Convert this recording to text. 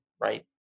right